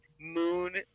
moon